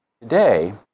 today